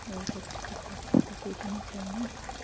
अरू त त्यस्तो खासै त केही पनि छैन